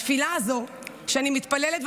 התפילה הזו שאני מתפללת,